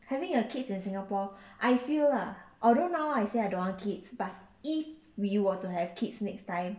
having a kids in singapore I feel lah although now I don't want kids but if we were to have kids next time